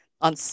on